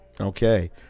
Okay